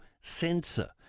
sensor